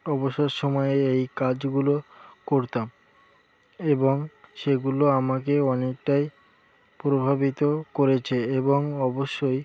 অবসর সময়ে এই কাজগুলো করতাম এবং সেগুলো আমাকে অনেকটাই প্রভাবিত করেছে এবং অবশ্যই